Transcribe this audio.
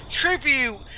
tribute